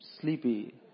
sleepy